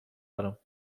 دارم